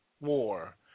War